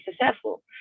successful